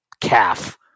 calf